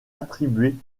attribuée